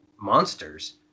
monsters